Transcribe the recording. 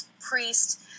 priest